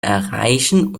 erreichen